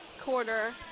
quarter